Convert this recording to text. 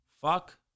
fuck